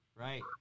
Right